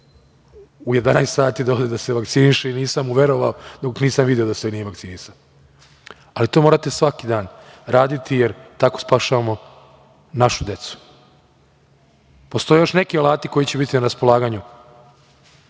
u 11 sati dole da se vakciniše i nisam mu verovao dok nisam video da se vakcinisao. Ali to morate svaki dan raditi, jer tako spašavamo našu decu. Postoje još neki alati koji će biti na raspolaganju